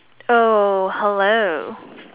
oh hello